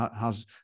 how's